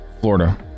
Florida